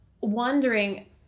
wondering